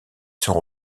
sont